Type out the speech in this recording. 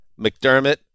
McDermott